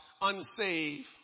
unsaved